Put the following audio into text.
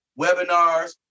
webinars